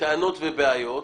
טענות ובעיות,